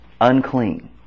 Unclean